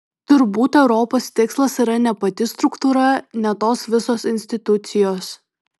turbūt europos tikslas yra ne pati struktūra ne tos visos institucijos